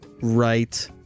right